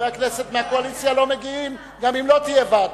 חברי הכנסת מהקואליציה לא מגיעים גם אם לא תהיה ועדה.